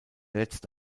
letzte